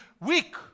weak